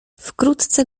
wkrótce